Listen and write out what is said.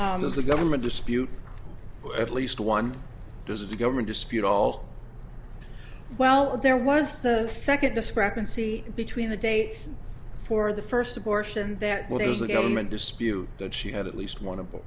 and as the government dispute at least one does the government dispute all well there was the second discrepancy between the dates for the first abortion and that was the government dispute that she had at least on